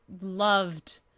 loved